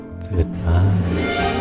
Goodbye